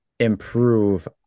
improve